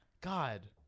God